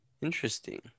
Interesting